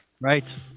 Right